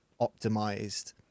optimized